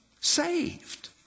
saved